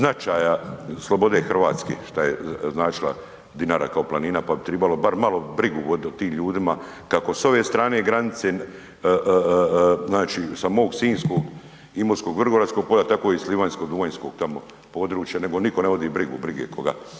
značaja slobode Hrvatske šta je značila Dinara kao planina, pa bi tribalo bar malo brigu voditi o tim ljudima kako s ove strane granice, znači sa mog Sinjskog, Imotskog, Vrgoračkog polja tako iz Livanjskog, Duvanjskog tamo područja, nego nitko ne vodi brigu, brige koga.